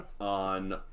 on